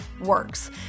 works